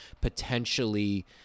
potentially